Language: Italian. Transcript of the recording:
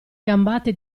gambate